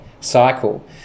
cycle